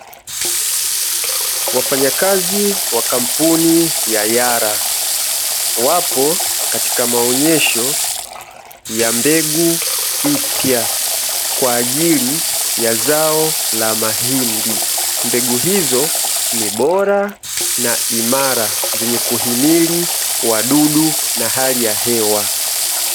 Wafanyakazi wa kampuni ya Yara, wapo katika maonyesho ya mbegu mpya, kwa ajili ya zao la mahindi. Mbegu hizo ni bora na imara, zenye kuhimili wadudu na hali ya hewa.